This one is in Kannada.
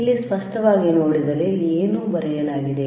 ಇಲ್ಲಿ ಸ್ಪಷ್ಟವಾಗಿ ನೋಡಿದರೆ ಇಲ್ಲಿ ಏನು ಬರೆಯಲಾಗಿದೆ